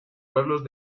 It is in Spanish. pueblos